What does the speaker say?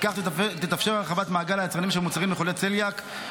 ובכך תתאפשר הרחבת מעגל היצרנים של מוצרים לחולי צליאק,